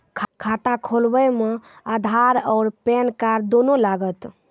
खाता खोलबे मे आधार और पेन कार्ड दोनों लागत?